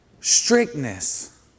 strictness